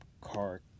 car